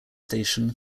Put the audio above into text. station